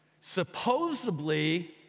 Supposedly